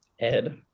Ed